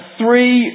three